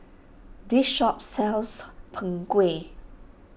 this shop sells Png Kueh